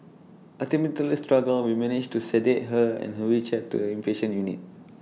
A tumultuous struggle we managed to sedate her and who we chat to inpatient unit